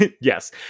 Yes